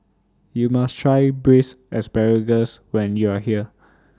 YOU must Try Braised Asparagus when YOU Are here